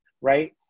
right